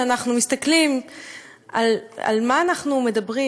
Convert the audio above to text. כשאנחנו מסתכלים על מה אנחנו מדברים,